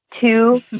two